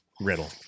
Riddle